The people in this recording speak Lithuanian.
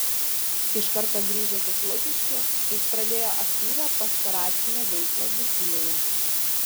iš karto grįžęs iš lukiškių jis pradėjo aktyvią pastoracinę veiklą dzūkijoje